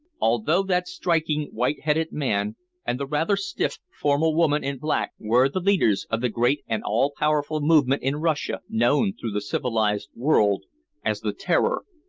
although that striking, white-headed man and the rather stiff, formal woman in black were the leaders of the great and all-powerful movement in russia known through the civilized world as the terror,